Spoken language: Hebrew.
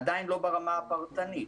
עדיין לא ברמה הפרטנית.